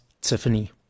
Tiffany